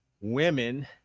women